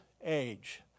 age